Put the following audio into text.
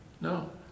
No